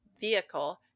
vehicle